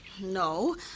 No